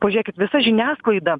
pažiūrėkit visa žiniasklaida